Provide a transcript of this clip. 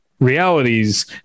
realities